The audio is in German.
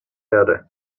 erde